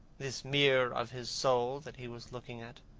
this mirror of his soul that he was looking at.